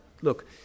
look